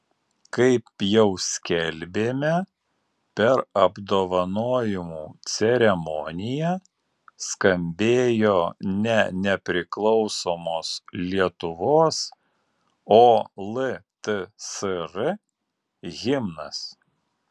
kaip jau skelbėme per apdovanojimų ceremoniją skambėjo ne nepriklausomos lietuvos o ltsr himnas